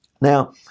Now